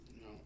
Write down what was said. No